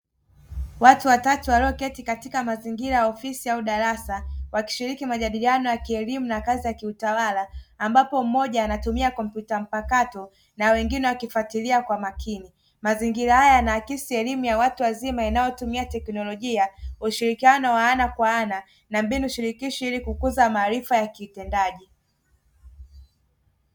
Watu watatu walioketi katika mazingira ya ofisi au darasa, wakishiriki majadiliano ya kielimu na kazi za kiutawala; ambapo mmoja anatumia kompyuta mpakato na wengine wakifuatilia kwa makini. Mazingira haya yanaakisi elimu ya watu wazima inayotumia teknolojia, ushirikiano wa ana kwa ana na mbinu shirikishi ili kukuza maarifa ya kiutendaji.